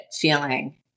feeling